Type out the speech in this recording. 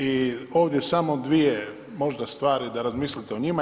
I ovdje samo dvije možda stvari da razmislite o njima.